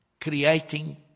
creating